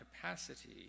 capacity